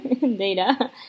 data